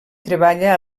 treballa